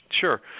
Sure